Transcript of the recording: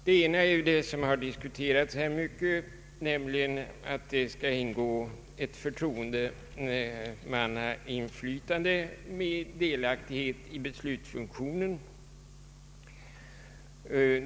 Det ena är det som här mycket diskuterats, nämligen att det skall ingå ett förtroendemannainflytande i länsstyrelsen med delaktighet i beslutsfunktionen.